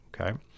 okay